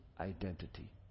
identity